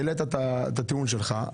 העלית את הטיעון שלך,